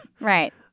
right